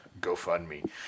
GoFundMe